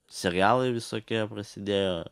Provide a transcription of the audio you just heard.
serialai visokie prasidėjo